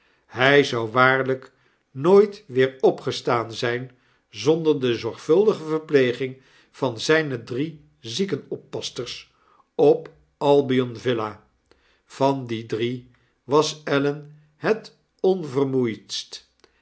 hij zou waarlyk nooit weer opgestaan zijn zonder de zorgvuldige verpleging van zijne drie ziekenoppassters op a b i o n-v i a van die drie was ellen het